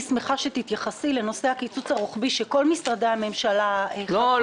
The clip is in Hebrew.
הייתי שמחה שתתייחסי לנושא הקיצוץ הרוחבי שכל משרדי הממשלה --- לא.